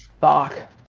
Fuck